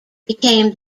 became